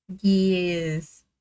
yes